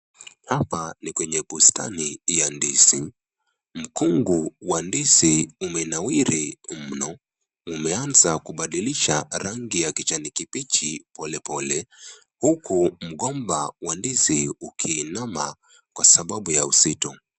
Hapa ni kwenye bustani ya ndizi, mkungu wa ndizi umenawiri mno, umeanza kubadilisha rangi ya kijani kibichi polepole, huku mgomba wa ndizi ukiinama kwa sababu ya uzito.